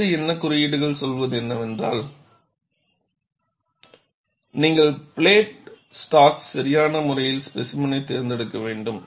அடுத்து என்ன குறியீடுகள் சொல்வது என்னவென்றால் நீங்கள் பிளேட் ஸ்டாக்சரியான முறையில் ஸ்பேசிமென்னை தேர்ந்தெடுக்க வேண்டும்